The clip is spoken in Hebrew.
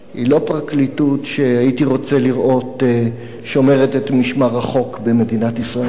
היא לא פרקליטות שהייתי רוצה לראות שומרת את משמר החוק במדינת ישראל.